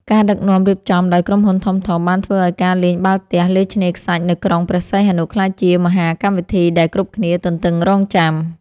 ការដឹកនាំរៀបចំដោយក្រុមហ៊ុនធំៗ បានធ្វើឱ្យការលេងបាល់ទះលើឆ្នេរខ្សាច់នៅក្រុងព្រះសីហនុក្លាយជាមហាកម្មវិធីដែលគ្រប់គ្នាទន្ទឹងរង់ចាំ។